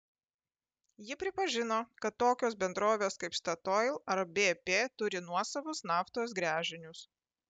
ji pripažino kad tokios bendrovės kaip statoil ar bp turi nuosavus naftos gręžinius